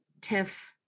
TIFF